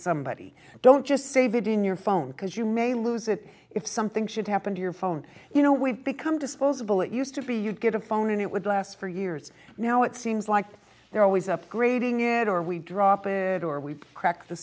somebody don't just save it in your phone because you may lose it if something should happen to your phone you know we've become disposable it used to be you'd get a phone and it would last for years now it seems like they're always upgrading it or we drop it or we've cracked the